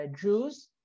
Jews